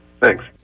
Thanks